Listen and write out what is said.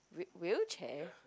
whe~ wheelchair